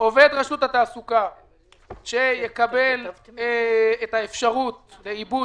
עובד רשות התעסוקה שיקבל את האפשרות לעיבוד,